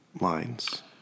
lines